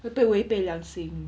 会不会违背良心